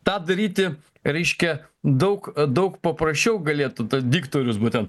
tą daryti reiškia daug daug paprasčiau galėtų diktorius būtent